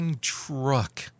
truck